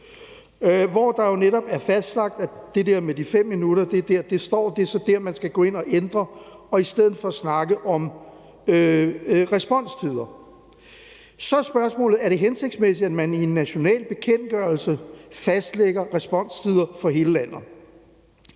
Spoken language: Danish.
Det står i § 7, hvor det der med de 5 minutter netop er fastlagt. Det er så der, man skal gå ind og ændre og i stedet for snakke om responstider. Så er spørgsmålet, om det er hensigtsmæssigt, at man i en national bekendtgørelse fastlægger responstider for hele landet.